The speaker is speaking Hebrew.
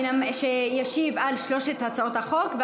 שישיב על שלוש הצעות החוק,